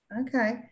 Okay